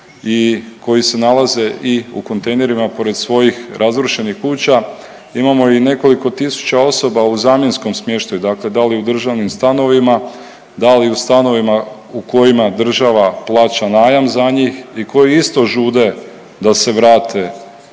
i koji se nalaze i u kontejnerima pored svojih razrušenih kuća, imamo i nekoliko tisuća osoba u zamjenskom smještaju, dakle da li u državnim stanovima, da li u stanovima u kojima država plaća najam za njih i koji isto žude da se vrate na